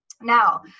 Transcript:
Now